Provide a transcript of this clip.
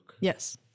Yes